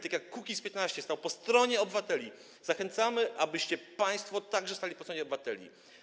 Tak jak Kukiz’15 stał po stronie obywateli, zachęcamy, abyście państwo także stali po stronie obywateli.